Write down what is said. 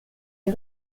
les